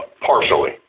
Partially